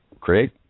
create